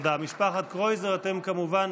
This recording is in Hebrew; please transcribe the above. משפחת קרויזר, אתם כמובן